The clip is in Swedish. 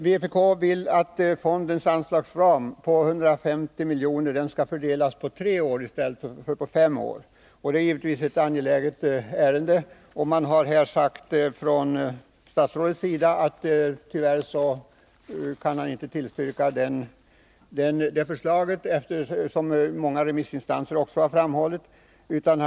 Vpk vill att fondens anslagsram på 150 milj.kr. skall fördelas under en treårsperiod i stället för en femårsperiod. Det är givetvis ett angeläget ärende. Statsrådet i fråga kan tyvärr inte tillstyrka förslaget, trots att många remissinstanser framhållit det som angeläget med större anslag.